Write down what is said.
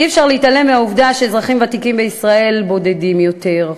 אי-אפשר להתעלם מהעובדה שאזרחים ותיקים בישראל בודדים יותר,